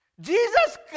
jesus